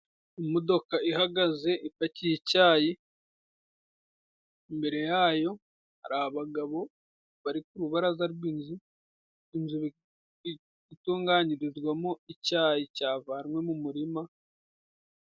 Imodoka ihagaze ipakiye icayi ,imbere yayo hari abagabo bari ku rubaraza rw'inzu, inzu bi itunganyirizwamo icyayi cyavanwe mu murima,